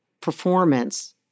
performance